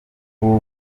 ubu